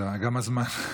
גם הזמן.